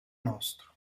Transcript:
nostro